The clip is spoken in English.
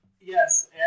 Yes